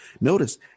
notice